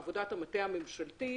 עבודת המטה הממשלתית